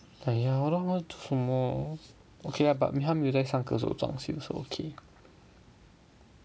ya lor 多么久 lor okay lah but 他没有在上课时候装修 so okay